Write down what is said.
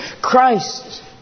Christ